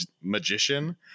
magician